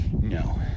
No